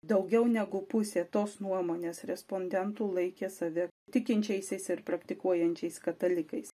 daugiau negu pusė tos nuomonės respondentų laikė save tikinčiaisiais ir praktikuojančiais katalikais